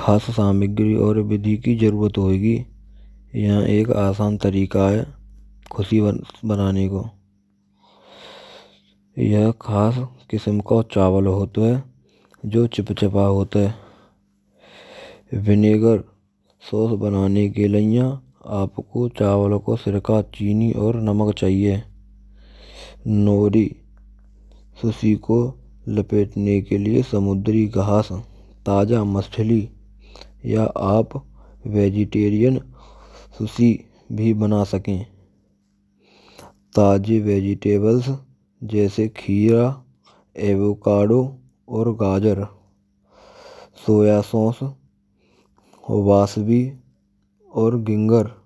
khaas samagri vidhi ki jarurat hoyegi. Ek asan tarika hay kusi bnane ko. Yhah khass kism ka chawal hoto hay. Jo chipchipa hoat hay. Vinegar sauce bnane ke laiya apko chawal ka sirka aur namak chahiyeo. Nohri shisho ko leve ke liye smundari ghass taja machlai ya aag, vegetarian kusi bhi bnaye ske. Taaje vegetable jaise kheera, avocado, gajar, soya sauce, vashvi aur ginger